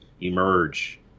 emerge